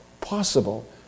possible